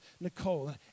Nicole